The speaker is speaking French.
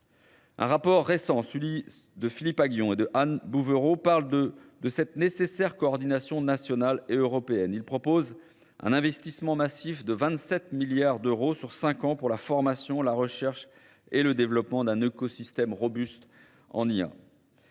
Un rapport récent, celui de Philippe Aguillon et de Anne Bouvereau, parle de cette nécessaire coordination nationale et européenne. Il propose un investissement massif de 27 milliards d'euros sur cinq ans pour la formation, la recherche et le développement d'un écosystème robuste en IA.